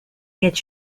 get